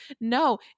no